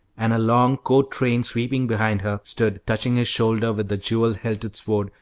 and a long court-train sweeping behind her, stood touching his shoulder with the jewel-hilted sword,